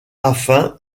afin